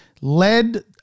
led